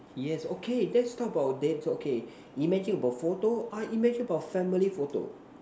yes okay let's talk about thats okay imagine you about photo I imagine about family photo